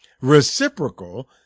Reciprocal